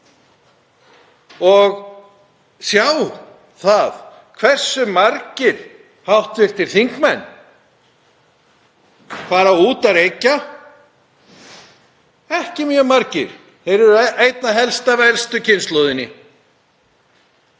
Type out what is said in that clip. og sjá hve margir hv. þingmenn fara út að reykja. Ekki mjög margir, þeir eru einna helst af elstu kynslóðinni.